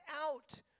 out